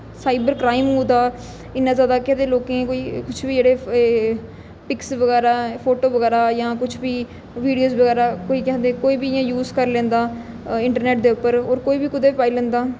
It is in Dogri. साइबर क्राइम होआ दा इन्ना ज्यादा केह् आखदे लोकें गी कोई कुछ बी जेह्ड़े पिक्स बगैरा फोटो बगैरा जां कुछ बी विडियोज बगैरा कोई केह् आखदे कोई बी इ'यां यूज करी लैंदा इंटरनेट दे उप्पर होर कोई बी कुदै बी पाई लेंदा